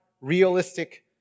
realistic